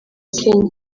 kenya